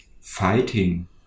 fighting